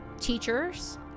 Teachers